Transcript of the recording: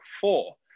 four